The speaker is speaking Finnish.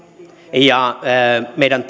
ja meidän